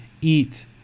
eat